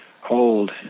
hold